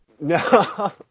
No